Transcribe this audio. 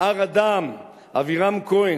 הר-אדר, אבירם כהן,